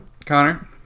Connor